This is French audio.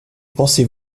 pensez